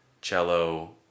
cello